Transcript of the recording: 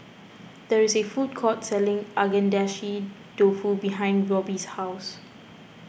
there is a food court selling Agedashi Dofu behind Roby's house